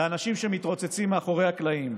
לאנשים שמתרוצצים מאחורי הקלעים,